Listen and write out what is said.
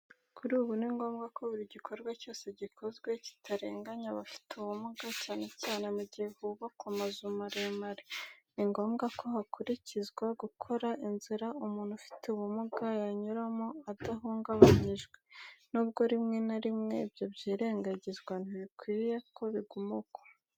Kuri ubu ni ngombwa ko buri gikorwa cyose gikozwe kitarenganya abafite ubumuga, cyane cyane mu gihe hubakwa amazu maremare. Ni ngombwa ko hakubahirizwa gukora inzira umuntu ufite ubumuga yanyuramo adahungabanyijwe. Nubwo rimwe na rimwe ibyo byirengagizwa, ntibikwiye ko biguma uko.